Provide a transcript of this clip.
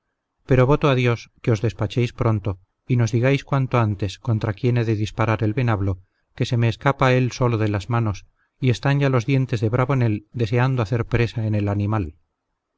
pero voto a dios que os despachéis pronto y nos digáis cuanto antes contra quién he de disparar el venablo que se me escapa él solo de las manos y están ya los dientes de bravonel deseando hacer presa en el animal